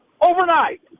overnight